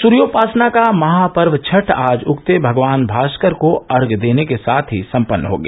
सूर्योपासना का महापर्व छठ आज उगते हुए भगवान भास्कर को अर्घ्य देने के साथ ही सम्पन्न हो गया